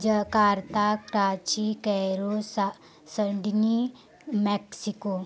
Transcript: Jakarta Karachi Sydney Mexico